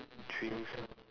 drinks